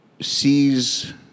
sees